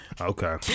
Okay